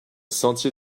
sentier